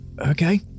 okay